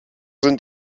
sind